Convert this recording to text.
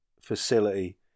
facility